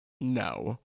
no